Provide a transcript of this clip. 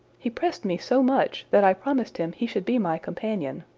he pressed me so much, that i promised him he should be my companion.